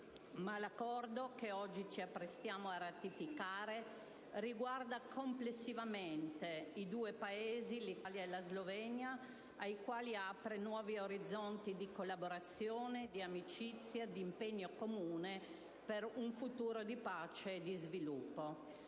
Ma l'Accordo che oggi ci apprestiamo a ratificare riguarda complessivamente l'Italia e la Slovenia, alle quali apre nuovi orizzonti di collaborazione, di amicizia e di impegno comune per un futuro di pace e di sviluppo.